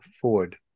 Ford